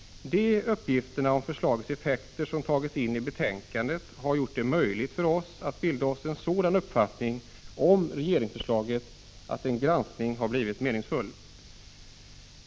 De uppgifter om förslagets effekter som tagits in i betänkandet har gjort det möjligt för oss att bilda oss en sådan uppfattning om regeringsförslaget att en granskning av det blivit meningsfull.